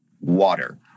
water